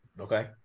Okay